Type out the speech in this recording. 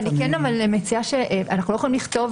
אבל אני כן מציעה אנחנו לא יכולים לכתוב